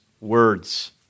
words